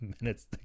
minutes